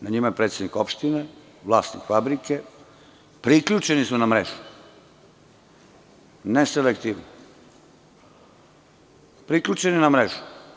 Na njima je predsednik opštine, vlasnik fabrike, priključeni su na mrežu, neselektivno, priključeni na mrežu.